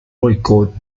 boicot